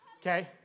okay